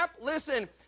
Listen